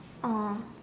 oh